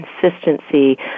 consistency